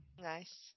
Nice